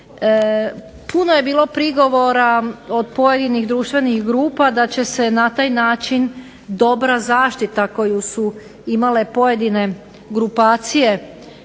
Puno je bilo prigovora od pojedinih društvenih grupa da će se na taj način dobra zaštita koju su imale pojedine grupacije